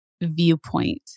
viewpoint